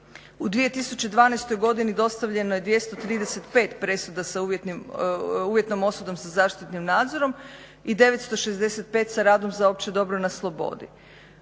U 2012. godini dostavljeno je 235 presuda za uvjetnom osudom sa zaštitnim nadzorom i 965 sa radom za opće dobro na slobodi.